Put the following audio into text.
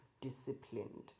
disciplined